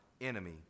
enemy